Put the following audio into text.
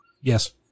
Yes